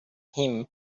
him